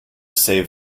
save